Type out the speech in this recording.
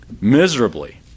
miserably